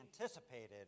anticipated